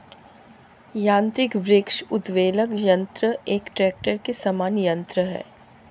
यान्त्रिक वृक्ष उद्वेलक यन्त्र एक ट्रेक्टर के समान यन्त्र है